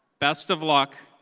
best of luck,